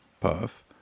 puff